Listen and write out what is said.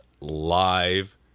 live